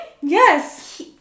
Yes